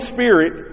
Spirit